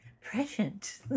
Present